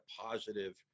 positive